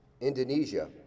Indonesia